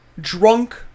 drunk